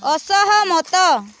ଅସହମତ